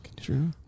True